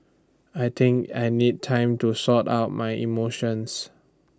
I think I need time to sort out my emotions